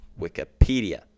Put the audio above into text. Wikipedia